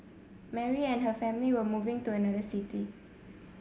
Mary and her family were moving to another city